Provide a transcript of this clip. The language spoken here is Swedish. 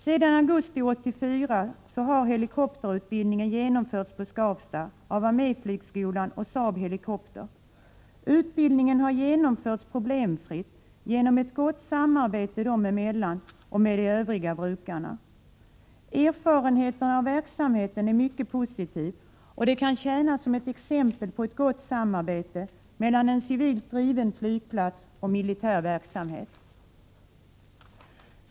Sedan augusti 1984 har helikopterutbildning bedrivits på Skavsta av arméflygskolan och Saab Helikopter. Utbildningen har genomförts problemfritt tack vare ett gott samarbete parterna emellan och med de övriga brukarna. Erfarenheten av verksamheten är mycket positiv och kan tjäna som exempel på ett gott samarbete mellan en civilt driven flygplats och militär verksamhet.